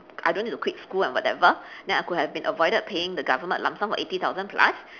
I don't need to quit school and whatever then I could have been avoided paying the government a lump sum of eighty thousand plus